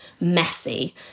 messy